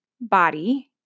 body